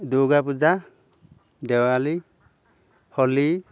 Durga Puja Diwali Holi